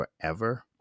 forever